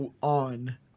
on